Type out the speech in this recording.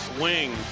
wing